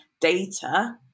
data